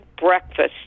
breakfast